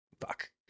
fuck